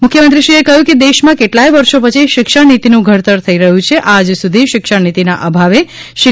મુખ્યમંત્રીશ્રીએ કહ્યું કે દેશમાં કેટલાય વર્ષો પછી શિક્ષણ નીતિનું ઘડતર થઇ રહ્યું છે આજ સુધી શિક્ષણ નીતિના અભાવે શિક